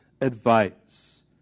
advice